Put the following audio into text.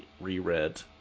reread